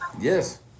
Yes